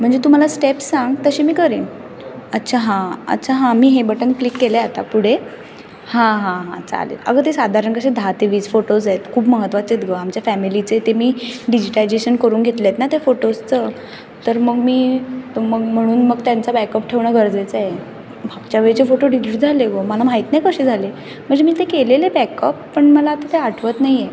म्हणजे तू मला स्टेप्स सांग तसे मी करेन अच्छा हां अच्छा हां मी हे बटन क्लिक केलं आहे आता पुढे हां हां हां चालेल अगं ते साधारण कसे दहा ते वीस फोटोज आहेत खूप महत्त्वाचे आहेत गं आमच्या फॅमिलीचे ते मी डिजिटायजेशन करून घेतलेत ना ते फोटोजचं तर मग मी तर मग म्हणून मग त्यांचा बॅकअप ठेवणं गरजेचं आहे मागच्या वेळचे फोटो डिलिट झाले गं मला माहीत नाही कसे झाले म्हणजे मी ते केलेले बॅकअप पण मला आता ते आठवत नाही आहे